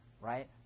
right